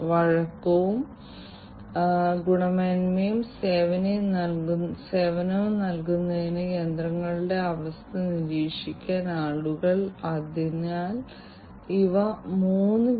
അതിനാൽ IIoT ജനപ്രിയമാകുന്നതിന് മുമ്പ് പരമ്പരാഗത ഓട്ടോമേഷനിൽ മെഷീനുകളുടെ അവസ്ഥ നിരീക്ഷിക്കാൻ സെൻസറുകളും ആക്യുവേറ്ററുകളും ഉപയോഗിച്ചിരുന്നു ഇത് പുതിയതല്ല